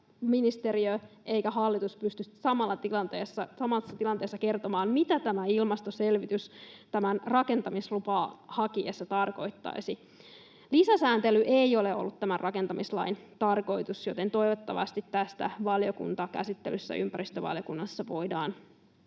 ministeriö tai hallitus ei pysty samassa tilanteessa kertomaan, mitä tämä ilmastoselvitys rakentamislupaa haettaessa tarkoittaisi. Lisäsääntely ei ole ollut tämän rakentamislain tarkoitus, joten toivottavasti tästä valiokuntakäsittelyssä ympäristövaliokunnassa voidaan